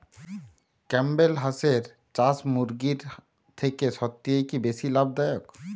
Campbell হাঁসের চাষ মুরগির থেকে সত্যিই কি বেশি লাভ দায়ক?